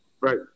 Right